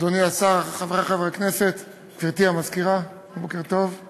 אדוני השר, חברי חברי הכנסת, גברתי מזכירת הכנסת,